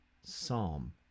psalm